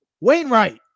Wainwright